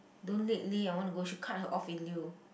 don't late leh I wanna go should cut her off in lieu